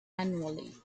annually